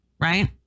right